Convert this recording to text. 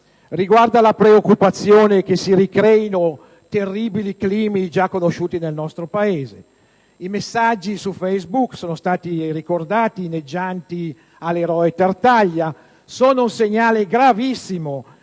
riguarda le preoccupazione che si ricreino terribili climi già conosciuti nel nostro Paese. I messaggi su «Facebook» che sono stati ricordati, inneggianti all'eroe Tartaglia, sono un segnale gravissimo,